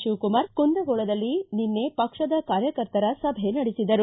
ಶಿವಕುಮಾರ್ ಕುಂದಗೋಳದಲ್ಲಿ ನಿನ್ನೆ ಪಕ್ಷದ ಕಾರ್ಯಕರ್ತರ ಸಭೆ ನಡೆಸಿದರು